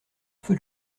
feu